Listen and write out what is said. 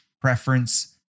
preference